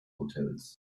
hotels